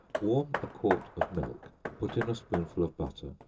warm a quart of milk, put in a spoonful of butter,